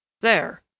There